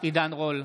עידן רול,